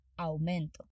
aumento